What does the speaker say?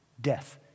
Death